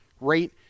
rate